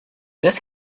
this